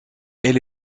elle